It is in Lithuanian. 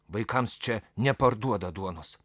vaikams čia neparduoda duonos